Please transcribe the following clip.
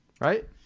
Right